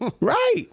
Right